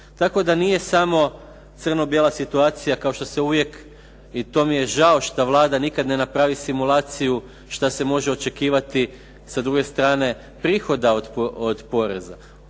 Tako da nije samo crno-bijela situacija kao što se uvijek, i to mi je žao što Vlada nikad ne napravi simulaciju, što se može očekivati sa druge strane prihoda od poreza.